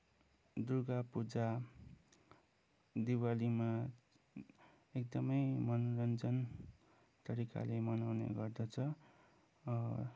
दुर्गा पूजा दिवालीमा एकदमै मनोरञ्जन तरिकाले मनाउने गर्दछ